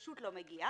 פשוט לא מגיע.